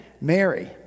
Mary